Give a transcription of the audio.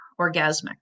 orgasmic